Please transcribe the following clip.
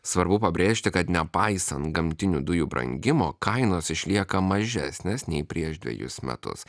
svarbu pabrėžti kad nepaisant gamtinių dujų brangimo kainos išlieka mažesnės nei prieš dvejus metus